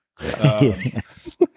Yes